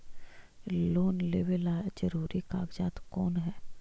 Loan लेब ला जरूरी कागजात कोन है?